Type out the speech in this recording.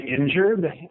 injured